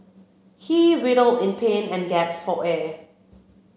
he writhed in pain and gasped for air